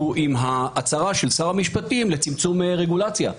עם ההצהרה של שר המשפטים לצמצום רגולציה.